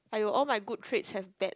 !aiyo! all my good traits have bad